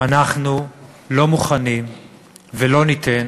אנחנו לא מוכנים ולא ניתן